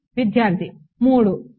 విద్యార్థి 3